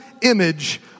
image